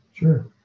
Sure